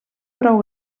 prou